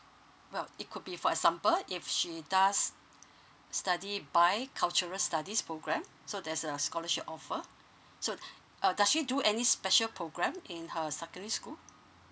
well it could be for example if she does study by cultural studies program so there's a scholarship offer so uh does she do any special program in her secondary school